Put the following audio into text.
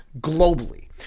globally